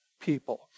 People